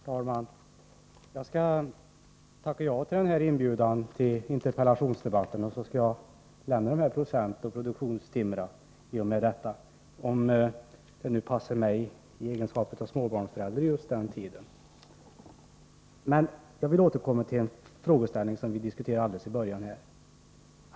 Herr talman! Jag tackar ja till inbjudan till interpellationsdebatten och lämnar därmed diskussionen om producentoch produktionstimmar. Jag skall alltså återkomma, dock under förutsättning att tiden kommer att passa mig i egenskap av småbarnsförälder. Låt mig i stället återgå till den frågeställning som vi diskuterade i början av debatten.